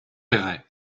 péray